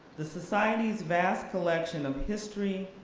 the society's vast collection of history,